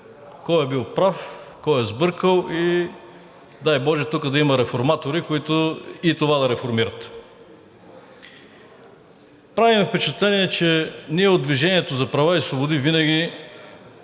кой е бил прав, кой е сбъркал и, дай боже, тук да има реформатори, които и това да реформират. Прави ми впечатление, че ние от „Движение за права и свободи“ винаги